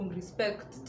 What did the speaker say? respect